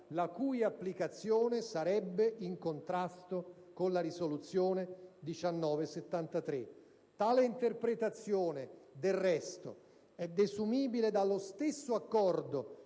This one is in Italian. la cui applicazione sarebbe in contrasto con la risoluzione n. 1973. Tale interpretazione, del resto, è desumibile dallo stesso Accordo